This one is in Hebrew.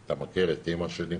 אתה מכיר את אימא שלי?